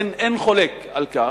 אין חולק על כך.